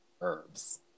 Herbs